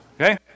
okay